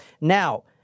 Now